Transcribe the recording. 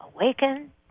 awaken